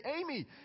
Amy